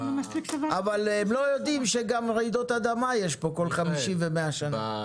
אבל הם לא יודעים שגם רעידות אדמה יש פה בכל 50 ו-100 שנים,